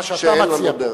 מה שאתה מציע פה.